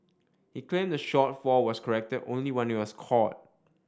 he claimed that the shortfall was corrected only when it was caught